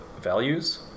values